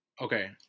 Okay